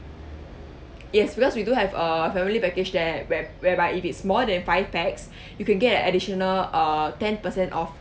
yes because we do have a family package there were whereby if it's more than five pax you could get an additional uh ten percent off